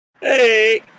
Hey